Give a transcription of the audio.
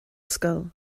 scoil